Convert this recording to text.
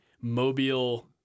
Mobile